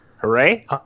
Hooray